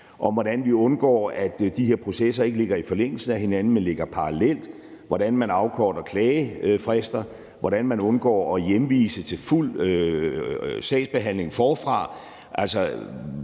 hvordan vi undgår, at de her processer ikke ligger i forlængelse af hinanden, men ligger parallelt, hvordan man afkorter klagefrister, hvordan man undgår hjemvisning, så der skal begyndes forfra